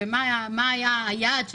מה היה היעד,